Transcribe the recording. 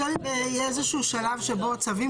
השאלה אם יהיה איזה שהוא מצב שבו צווים